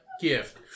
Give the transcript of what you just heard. gift